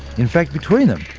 in fact, between them,